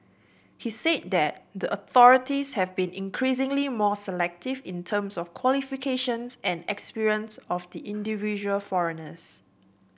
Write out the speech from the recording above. he said that the authorities have been increasingly more selective in terms of qualifications and experience of the individual foreigners